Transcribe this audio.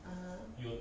(uh huh)